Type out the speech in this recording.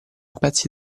pezzi